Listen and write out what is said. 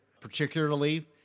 particularly